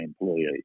employee